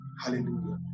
Hallelujah